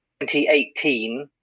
2018